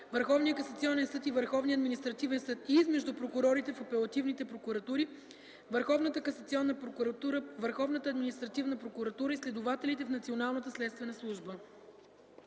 Върховния касационен съд и Върховния административен съд и измежду прокурорите в апелативните прокуратури, Върховната касационна прокуратура, Върховната административна прокуратура и следователите в Националната следствена служба.”